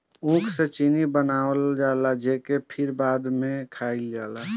ऊख से चीनी बनावल जाला जेके फिर बाद में खाइल जाला